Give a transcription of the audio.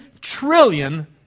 trillion